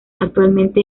actualmente